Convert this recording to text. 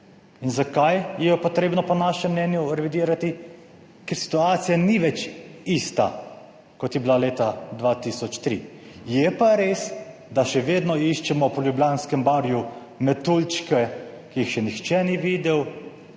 In zakaj jo je potrebno po našem mnenju revidirati? Ker situacija ni več ista kot je bila leta 2003. Je pa res, da še vedno iščemo po Ljubljanskem barju metuljčke, ki jih še nihče ni videl,